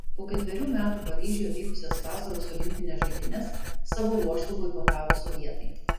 po ketverių metų paryžiuje vykusias vasaros olimpines žaidynes savo ruožtu boikotavo sovietai